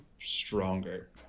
stronger